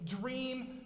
dream